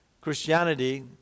Christianity